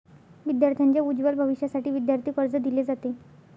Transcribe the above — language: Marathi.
विद्यार्थांच्या उज्ज्वल भविष्यासाठी विद्यार्थी कर्ज दिले जाते